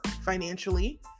financially